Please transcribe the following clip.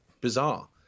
bizarre